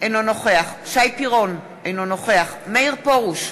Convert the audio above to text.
אינו נוכח שי פירון, אינו נוכח מאיר פרוש,